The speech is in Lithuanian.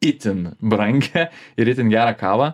itin brangią ir itin gerą kavą